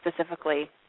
specifically